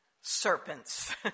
serpents